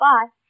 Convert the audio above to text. Bye